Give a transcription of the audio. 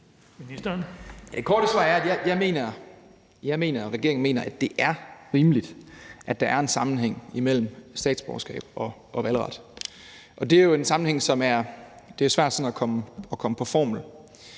Det korte svar er, at jeg mener, og regeringen mener, at det er rimeligt, at der er en sammenhæng imellem statsborgerskab og valgret, og det er jo en sammenhæng, som det er svært sådan at komme på formel.